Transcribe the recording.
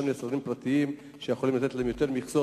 יש לנו יצרנים פרטיים שאפשר לתת להם יותר מכסות.